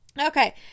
Okay